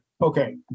Okay